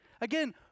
Again